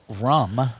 rum